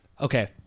Okay